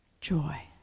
Joy